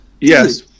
Yes